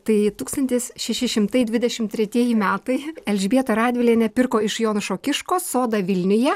tai tūkstantis šeši šimtai dvidešim tretieji metai elžbieta radvilienė pirko iš jonušo kiškos sodą vilniuje